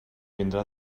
vindrà